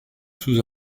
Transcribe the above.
sous